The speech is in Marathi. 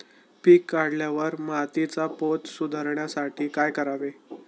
पीक काढल्यावर मातीचा पोत सुधारण्यासाठी काय करावे?